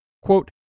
Quote